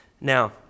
Now